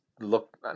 look